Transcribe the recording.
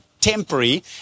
temporary